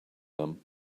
them